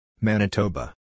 Manitoba